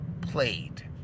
played